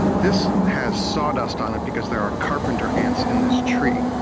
this has sawdust on it, because there are carpenter ants in this tree,